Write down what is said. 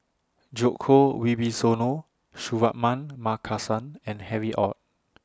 Djoko Wibisono Suratman Markasan and Harry ORD